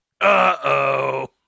Uh-oh